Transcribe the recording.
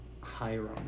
Hiram